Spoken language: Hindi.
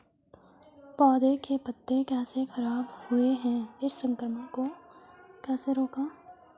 पौधों के पत्ते कैसे खराब हुए हैं इस संक्रमण को कैसे रोकें?